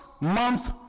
month